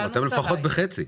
אתם לפחות בחצי.